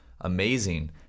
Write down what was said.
amazing